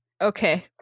Okay